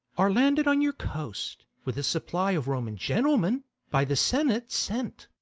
are landed on your coast, with a supply of roman gentlemen by the senate sent.